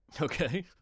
okay